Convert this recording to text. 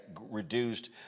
reduced